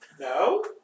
No